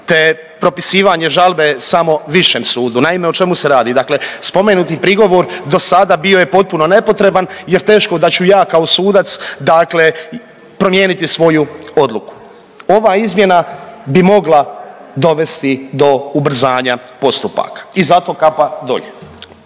te propisivanje žalbe samo višem sudu. Naime, o čemu se radi? Dakle, spomenuti prigovor dosada bio je potpuno nepotreban jer teško da ću ja kao sudac dakle promijeniti svoju odluku. Ova izmjena bi mogla dovesti do ubrzanja postupaka i za to kapa dolje.